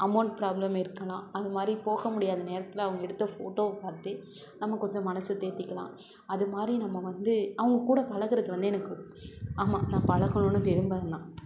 amount problem இருக்கலாம் அதுமாதிரி போக முடியாத நேரத்தில் அவங்க எடுத்த ஃபோட்டோவை பார்த்தே நம்ம கொஞ்சம் மனசை தேற்றிக்கலாம் அது மாதிரி நம்ம வந்து அவங்க கூட பழகுறது வந்து எனக்கு ஆமாம் நான் பழகணுன்னு விரும்புறேந்தான்